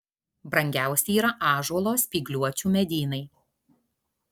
brangiausi yra ąžuolo spygliuočių medynai